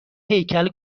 هیکل